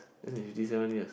that's in fifty seven years